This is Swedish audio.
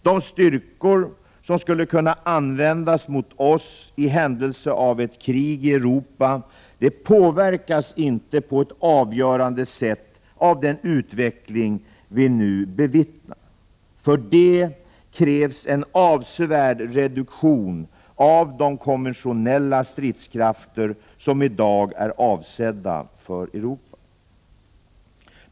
De styrkor som skulle kunna användas mot oss i händelse av ett krig i Europa påverkas inte på ett avgörande sätt av den utveckling vi nu bevittnar. För det krävs en avsevärd reduktion av de konventionella stridskrafter som i dag är avsedda för Europa.